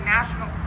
National